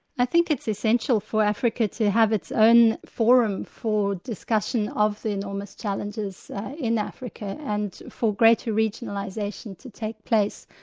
i think it's essential for africa to have its own forum for discussion of the enormous challenges in africa and for greater regionalisation to take place,